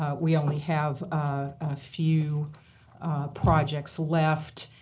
ah we only have a few projects left.